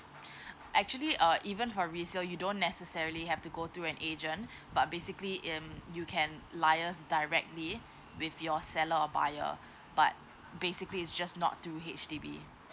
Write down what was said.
actually uh even for resale you don't necessarily have to go through an agent but basically um you can liaise directly with your seller or buyer but basically is just not through H_D_B